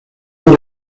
años